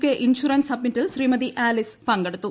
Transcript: K insurance സമ്മിറ്റിൽ Shrimati Alice പങ്കെടുത്തു